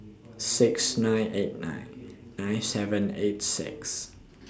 six nine eight nine nine seven eight six